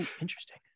interesting